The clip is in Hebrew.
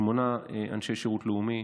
שמונה אנשי שירות לאומי,